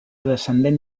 descendent